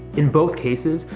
in both cases,